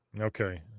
Okay